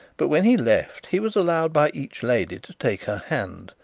but when he left, he was allowed by each lady to take her hand,